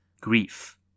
grief